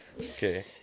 Okay